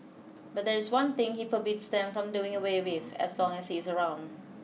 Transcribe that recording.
but there is one thing he forbids them from doing away with as long as he is around